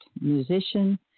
musician